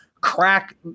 crack